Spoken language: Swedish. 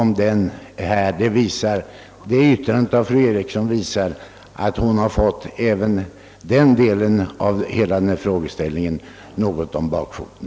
Det yttrandet av fru Eriksson visar att hon fått även den delen av frågeställningen något om bakfoten.